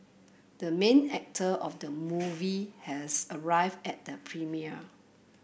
the main actor of the movie has arrived at the premiere